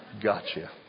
Gotcha